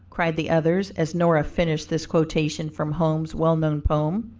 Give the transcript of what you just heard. cried the others as nora finished this quotation from holmes' well-known poem.